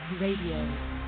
Radio